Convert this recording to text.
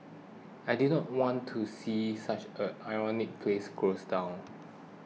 I did not want to see such an iconic place close down